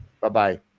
Bye-bye